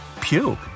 puke